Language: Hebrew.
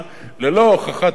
ללא הוכחת נזק,